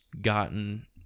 gotten